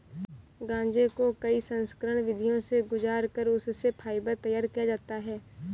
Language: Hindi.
गांजे को कई संस्करण विधियों से गुजार कर उससे फाइबर तैयार किया जाता है